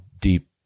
deep